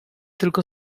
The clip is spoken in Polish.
tylko